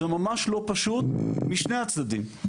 זה ממש לא פשוט משני הצדדים.